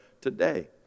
today